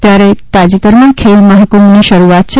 ત્યારે તાજેતરમાં ખેલ મહાકુંભની શરૂઆત છે